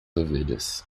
ovelhas